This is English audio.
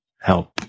help